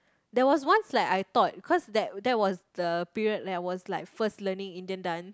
there was once like I thought cause that that was the period I was like first learning Indian done